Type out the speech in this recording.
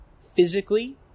physically